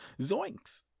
Zoinks